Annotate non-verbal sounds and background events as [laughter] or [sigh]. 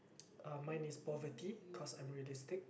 [noise] uh mine is poverty cause I'm realistic